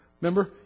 Remember